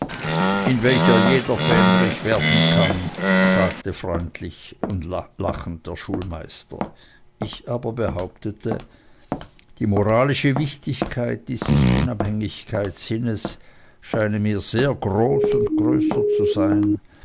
in welcher jeder fähndrich werden kann sagte freundlich lachend der schulmeister ich aber behauptete die moralische wichtigkeit dieses unabhängigkeitssinnes scheine mir sehr groß und größer zu sein